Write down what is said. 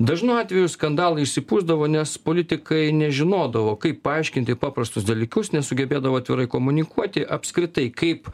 dažnu atveju skandalai išsipūsdavo nes politikai nežinodavo kaip paaiškinti paprastus dalykus nesugebėdavo atvirai komunikuoti apskritai kaip